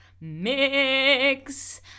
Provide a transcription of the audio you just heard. mix